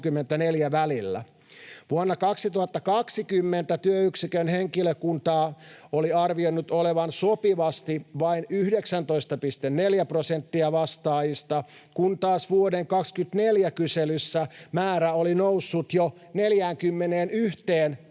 Vuonna 2020 työyksikön henkilökuntaa oli arvioinut olevan sopivasti vain 19,4 prosenttia vastaajista, kun taas vuoden 2024 kyselyssä määrä oli noussut jo 41,6 prosenttiin